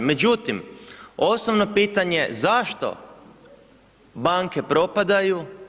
Međutim, osnovno pitanje zašto banke propadaju?